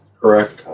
Correct